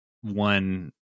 one